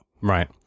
Right